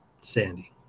Sandy